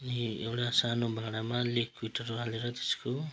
नि एउटा सानो भाँडामा लिकुइडहरू हालेर त्यसको